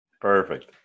perfect